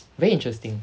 very interesting